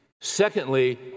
Secondly